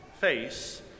face